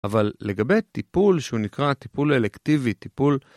אבל לגבי טיפול, שהוא נקרא טיפול אלקטיבי, טיפול...